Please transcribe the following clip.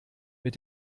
mit